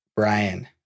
Brian